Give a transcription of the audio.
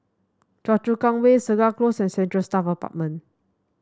Choa Chu Kang Way Segar Close and Central Staff Apartment